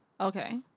Okay